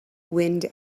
wind